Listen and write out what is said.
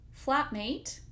flatmate